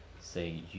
Say